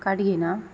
card घेयना